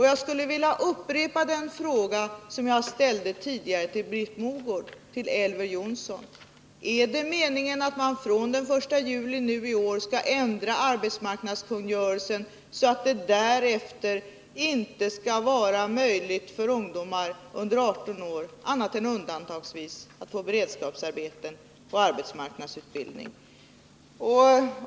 Jag skulle vilja upprepa den fråga som jag ställde tidigare till Britt Mogård och nu rikta den till Elver Jonsson: Är det meningen att man skall ändra arbetsmarknadskungörelsen så att det fr.o.m. den 1 juli inte skall vara möjligt för ungdomar under 18 år annat än undantagsvis att få beredskapsarbete och arbetsmarknadsutbildning?